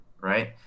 right